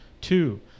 Two